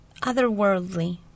Otherworldly